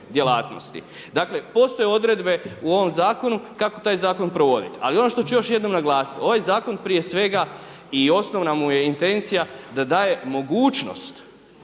Dakle postoje odredbe u ovom zakonu kako taj zakon provoditi. Ali ono što ću još jednom naglasiti, ovaj zakon prije svega i osnovna mu je intencija da daje mogućnost